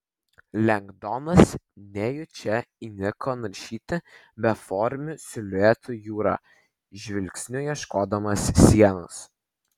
lengdonas nejučia įniko naršyti beformių siluetų jūrą žvilgsniu ieškodamas sienos